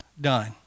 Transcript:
done